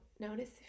Notice